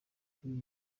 ishuri